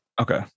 okay